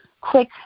quick